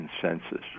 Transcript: consensus